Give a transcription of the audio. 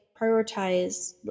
prioritize